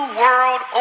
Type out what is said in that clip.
world